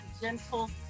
gentle